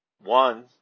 One